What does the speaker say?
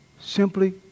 Simply